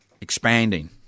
expanding